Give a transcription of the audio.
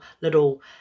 little